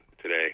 today